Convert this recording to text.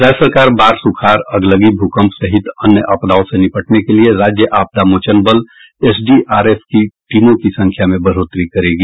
राज्य सरकार बाढ़ सुखाड़ अगलगी भूकंप सहित अन्य आपदाओं से निपटने के लिये राज्य आपदा मोचन बल एसडीआरएफ की टीमों की संख्या में बढ़ोतरी करेगी